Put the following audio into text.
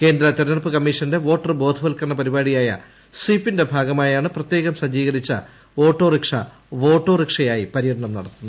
കേന്ദ്ര തിരഞ്ഞെടുപ്പ് കമ്മീഷന്റെ വോട്ടർ ബോധവത്കരണ പരിപാടിയായ സ്വീപിന്റെ ഭാഗമായാണ് പ്രത്യേകം സ്തജ്ജീകരിച്ച ഓട്ടോറിക്ഷ വോട്ടോറിക്ഷയായി പര്യട്ട്നും നടത്തുന്നത്